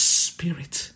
spirit